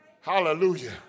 Hallelujah